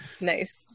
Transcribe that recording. nice